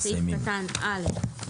בסעיף קטן (א)